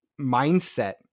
mindset